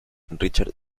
richard